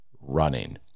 running